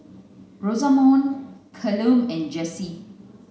Rosamond Callum and Jessi